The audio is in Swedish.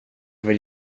vill